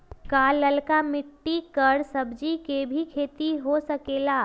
का लालका मिट्टी कर सब्जी के भी खेती हो सकेला?